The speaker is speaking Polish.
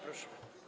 Proszę.